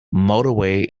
motorway